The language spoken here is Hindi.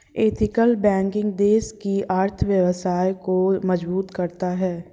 एथिकल बैंकिंग देश की अर्थव्यवस्था को मजबूत करता है